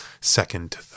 second